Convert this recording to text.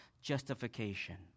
justification